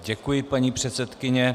Děkuji, paní předsedkyně.